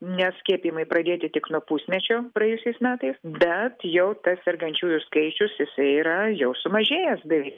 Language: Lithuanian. nes skiepijimai pradėti tik nuo pusmečio praėjusiais metais bet jau tas sergančiųjų skaičius jisai yra jau sumažėjęs beveik